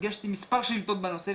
יש לי מספר שאילתות בנושא,